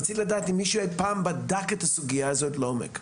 אני רוצה לדעת האם מישהו אי פעם בדק את הסוגיה הזו לעומק.